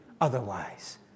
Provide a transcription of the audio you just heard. otherwise